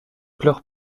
pleure